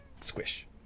squish